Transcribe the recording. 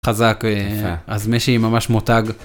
חזק אז משי ממש מותג.